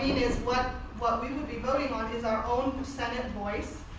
mean is what what we would be voting on is our own senate voice.